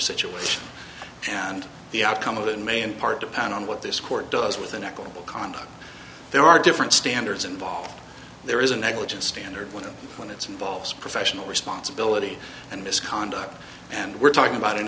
situation and the outcome of that may in part depend on what this court does with an equitable conduct there are different standards involved there is a negligence standard with them when it's involves professional responsibility and misconduct and we're talking about an